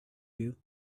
you